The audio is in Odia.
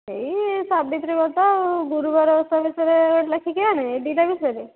ହେଇ ସାବିତ୍ରୀ ବ୍ରତ ଆଉ ଗୁରୁବାର ଓଷା ବିଷୟରେ ଗୋଟେ ଲେଖିକି ଆଣ ଏଇ ଦୁଇଟା ବିଷୟରେ